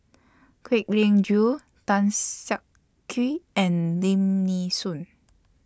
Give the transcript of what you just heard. Kwek Leng Joo Tan Siak Kew and Lim Nee Soon